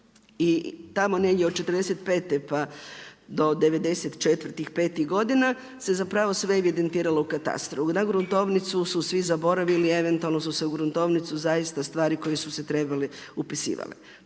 I tamo negdje od '45. pa do '94.-tih, '95.-ih godina se zapravo sve evidentiralo u katastru. Na gruntovnicu su svi zaboravili, eventualno su se u gruntovnicu zaista stvari koje su se trebale upisivale.